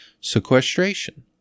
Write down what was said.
sequestration